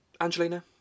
Angelina